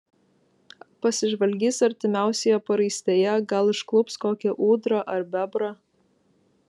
pasižvalgys artimiausioje paraistėje gal užklups kokią ūdrą ar bebrą